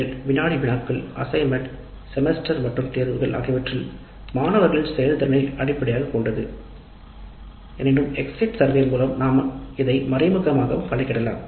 சோதனைகள் வினாடி வினாக்கள் பணிகள் செமஸ்டர் மற்றும் தேர்வுகள் போன்றவற்றால் இதை கண்டுபிடிக்கலாம் எவ்வாறாயினும் எக்ஸிட் சர்வே மூலம் நாம் இதை மறைமுகமாக கணக்கிடலாம்